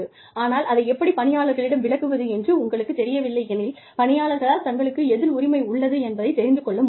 ஆனால் அதை எப்படி பணியாளர்களிடம் விளக்குவது என்று உங்களுக்குத் தெரியவில்லை எனில் பணியாளர்களால் தங்களுக்கு எதில் உரிமை உள்ளது என்பதைத் தெரிந்து கொள்ள முடியாது